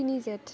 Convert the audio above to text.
তিনি জেঠ